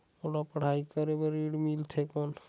मोला पढ़ाई करे बर ऋण मिलथे कौन?